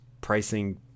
pricing